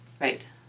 Right